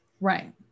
Right